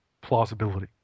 plausibility